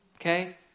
Okay